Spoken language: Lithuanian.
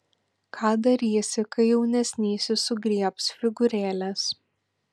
ką darysi kai jaunesnysis sugriebs figūrėles